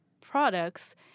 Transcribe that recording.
products